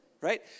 right